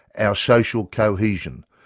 our social cohesion,